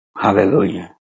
Hallelujah